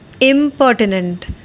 Impertinent